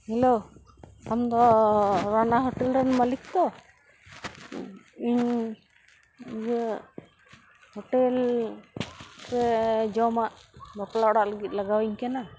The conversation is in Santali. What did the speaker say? ᱦᱮᱞᱳ ᱟᱢ ᱫᱚ ᱨᱟᱱᱟ ᱦᱳᱴᱮᱞ ᱨᱮᱱ ᱢᱟᱞᱤᱠ ᱛᱚ ᱤᱧ ᱤᱭᱟᱹ ᱦᱳᱴᱮᱞ ᱨᱮ ᱡᱚᱢᱟᱜ ᱵᱟᱯᱞᱟ ᱚᱲᱟᱜ ᱞᱟᱹᱜᱤᱫ ᱞᱟᱜᱟᱣᱤᱧ ᱠᱟᱱᱟ